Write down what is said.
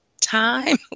time